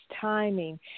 timing